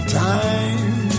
time